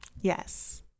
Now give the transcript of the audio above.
Yes